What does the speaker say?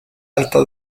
alta